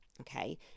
Okay